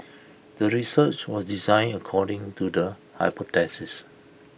the research was designed according to the hypothesis